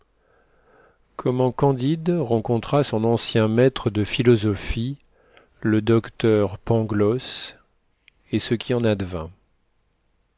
comment candide rencontra son ancien maître de philosophie le docteur pangloss et ce qui en advint